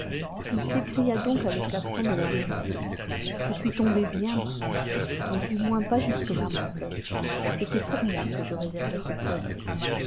il s'écria donc avec l'accent de la vérité je suis tombé bien bas mais du moins pas jusque-là mon père c'était pour moi que je réservais ce poison